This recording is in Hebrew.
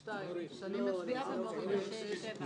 6 נמנעים,